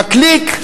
מקליק,